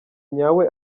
nyawe